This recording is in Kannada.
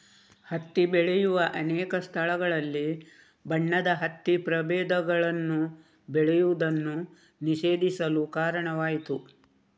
ಹತ್ತಿ ಬೆಳೆಯುವ ಅನೇಕ ಸ್ಥಳಗಳಲ್ಲಿ ಬಣ್ಣದ ಹತ್ತಿ ಪ್ರಭೇದಗಳನ್ನು ಬೆಳೆಯುವುದನ್ನು ನಿಷೇಧಿಸಲು ಕಾರಣವಾಯಿತು